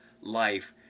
life